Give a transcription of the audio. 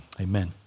Amen